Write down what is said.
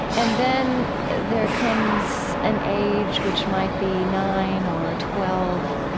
and then there comes an age, which might be nine or twelve